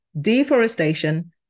deforestation